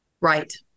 Right